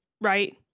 right